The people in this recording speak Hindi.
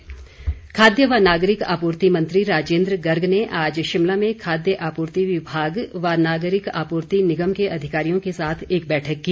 राजेन्द्र गर्ग खाद्य व नागरिक आपूर्ति मंत्री राजेन्द्र गर्ग ने आज शिमला में खाद्य आपूर्ति विभाग व नागरिक आपूर्ति निगम के अधिकारियों के साथ एक बैठक की